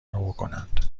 بکنند